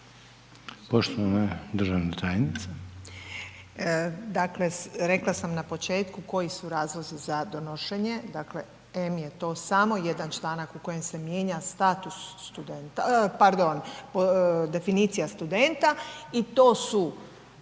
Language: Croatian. Poštovana državna tajnica.